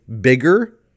bigger